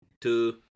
two